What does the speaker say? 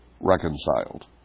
reconciled